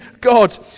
God